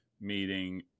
meeting